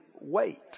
wait